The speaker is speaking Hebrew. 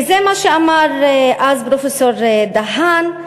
וזה מה שאמר אז פרופסור דהן: